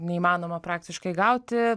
neįmanoma praktiškai gauti